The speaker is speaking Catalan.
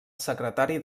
secretari